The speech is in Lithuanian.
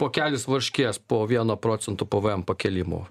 pokelis varškės po vieno procento pvm pakėlimo